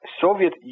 soviet